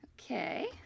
Okay